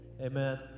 amen